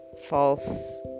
false